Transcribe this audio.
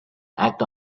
act